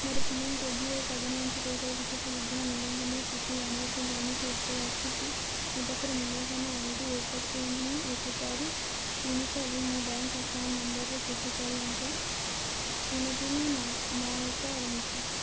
ମୋର P M K V Y ପ୍ରଧାନମନ୍ତ୍ରୀ କୌଶଳ ବିକାଶ ଯୋଜନା ମୂଲ୍ୟାଙ୍କନର ସ୍ଥିତି ଜାଣିବା ପାଇଁ କୌଣସି ଉପାୟ ଅଛି କି ମୋ ପାଖରେ ମୂଲ୍ୟାଙ୍କନ ଆଇ ଡି ଏକ ତିନି ଏକ ଚାରି ତିନି ଛଅ ଏବଂ ମୋ ବ୍ୟାଙ୍କ୍ ଆକାଉଣ୍ଟ୍ ନମ୍ବର୍ର ଶେଷ ଚାରି ଅଙ୍କ ଶୂନ ତିନି ନା ନଅ ଏକ ରହିଛି